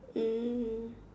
mm